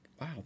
wow